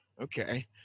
Okay